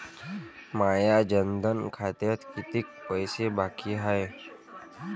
माया जनधन खात्यात कितीक पैसे बाकी हाय?